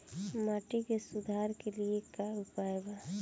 माटी के सुधार के लिए का उपाय बा?